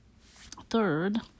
Third